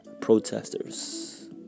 protesters